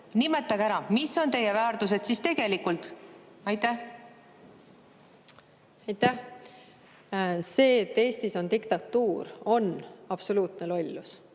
Nimetage ära, mis on teie väärtused siis tegelikult. Aitäh! [Väide], et Eestis on diktatuur, on absoluutne lollus.